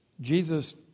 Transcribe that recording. Jesus